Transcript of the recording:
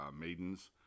maidens